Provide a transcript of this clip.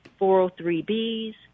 403Bs